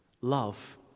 Love